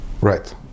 right